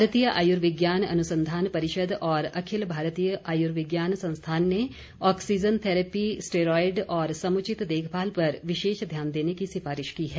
भारतीय आयुर्विज्ञान अनुसंधान परिषद और अखिल भारतीय आयुर्विज्ञान संस्थान ने ऑक्सीजन थेरैपी स्टेरॉयड और समुचित देखभाल पर विशेष ध्यान देने की सिफारिश की है